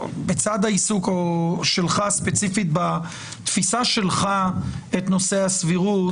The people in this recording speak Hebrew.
לצד העיסוק שלך ספציפית בתפיסה שלך את נושא הסבירות,